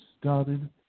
started